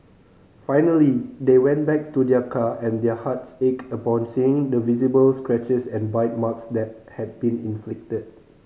finally they went back to their car and their hearts ached upon seeing the visible scratches and bite marks that had been inflicted